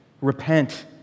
repent